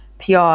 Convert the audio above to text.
PR